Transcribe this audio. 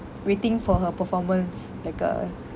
waiting for her performance like uh